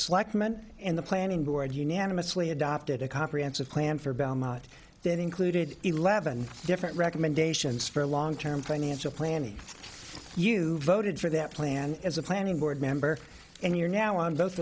like men and the planning board unanimously adopted a comprehensive plan for belmont that included eleven different recommendations for long term financial planning you voted for that plan as a planning board member and you're now on bo